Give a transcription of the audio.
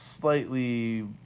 slightly